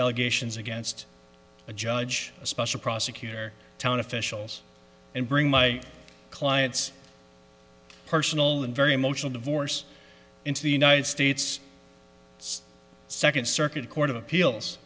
allegations against a judge a special prosecutor town officials and bring my clients personal and very emotional divorce into the united states second circuit court of appeals